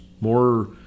More